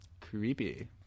Creepy